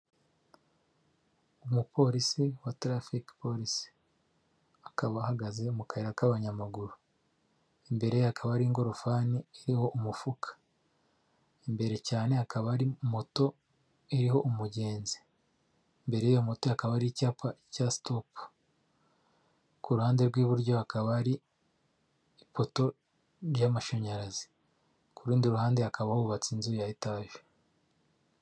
Umupolisi wa trafic police, akaba ahagaze mu kayira k'abanyamaguru, imbere ye akaba hari ingorofani iriho umufuka, imbere cyane hakaba hari moto iriho umugenzi, imbere y'iyo moto akaba ari icyapa cya stop, ku ruhande rw'iburyo hakaba hari ipoto y'amashanyarazi, ku rundi ruhande hakaba hubatse inzu ya etage.